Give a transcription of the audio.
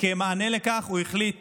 כמענה לכך הוא החליט